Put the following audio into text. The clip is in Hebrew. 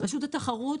רשות התחרות